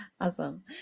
Awesome